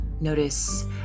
Notice